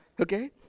Okay